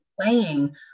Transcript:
playing